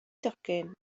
docyn